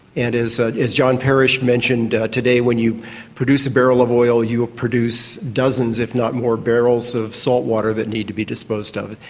and ah as john parrish mentioned today, when you produce a barrel of oil you produce dozens if not more barrels of saltwater that need to be disposed of.